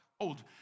old